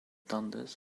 dundas